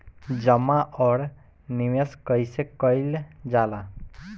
जमा और निवेश कइसे कइल जाला?